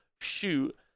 shoot